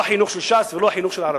לא החינוך של ש"ס ולא החינוך של הערבים.